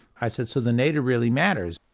i said so the nadir really matters,